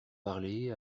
parler